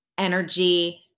energy